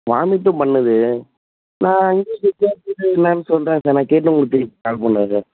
வாமிட்டும் பண்ணுது நான் இங்கே விசாரிச்சிவிட்டு என்னான்னு சொல்லுறேன் சார் நான் கேட்டு உங்களுக்கு கால் பண்ணுறேன் சார்